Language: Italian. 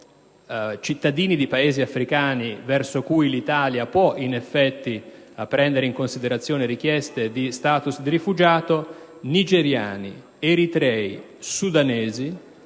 cittadini di Paesi africani verso cui l'Italia può effettivamente prendere in considerazione richieste di *status* di rifugiato, vi sono nigeriani, eritrei, sudanesi